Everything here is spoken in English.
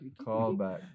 callback